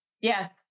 yes